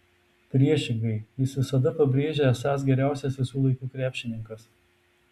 priešingai jis visada pabrėžia esąs geriausias visų laikų krepšininkas